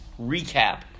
recap